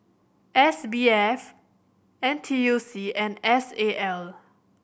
S B F N T U C and S A L